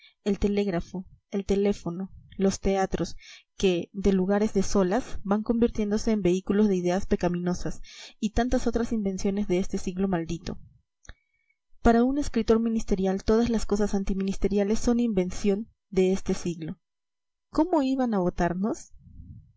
el telégrafo el teléfono los teatros que de lugares de solaz van convirtiéndose en vehículos de ideas pecaminosas y tantas otras invenciones de este siglo maldito para un escritor ministerial todas las cosas antiministeriales son invención de este siglo cómo iban a votarnos